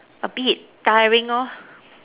a bit tiring lor